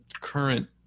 current